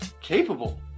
Capable